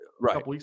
right